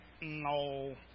No